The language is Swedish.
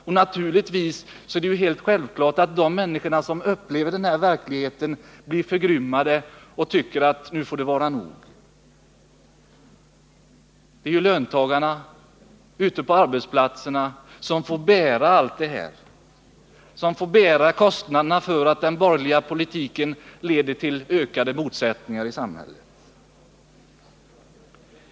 Det är självklart att arbetande människor som upplever denna verklighet blir förgrymmade och tycker att det nu får vara nog. Det är ju löntagarna ute på arbetsplatserna som får bära bördorna. Det är de som får bära kostnaderna för att den borgerliga politiken leder till ökade motsättningar i samhället.